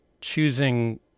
choosing